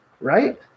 right